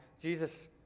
Jesus